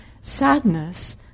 sadness